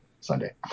Sunday